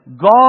God